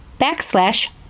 backslash